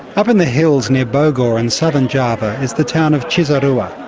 up in the hills near bogor in southern java is the town of cisarua.